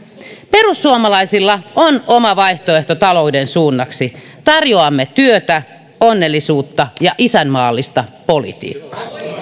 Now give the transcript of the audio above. perussuomalaisilla on oma vaihtoehto talouden suunnaksi tarjoamme työtä onnellisuutta ja isänmaallista politiikkaa